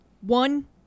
One